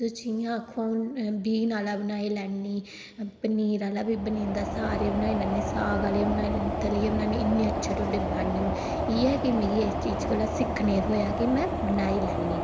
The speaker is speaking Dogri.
तुस जियां आक्खो अं'ऊ ब्यून आह्ला बनाई लैनी पनीर आह्ला बी बनी जंदा सारे बनाई लैनी साग आह्ले बनाई लैनी तलियै बनाई लैनी इ'न्ने अच्छे ढोड्डे बनाई लैनी हू'न इ'यै की मिगी इस चीज़ कोला सिक्खने गी थ्होया कि में बनाई लैनी